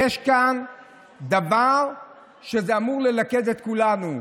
יש כאן דבר שאמור ללכד את כולנו,